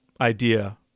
idea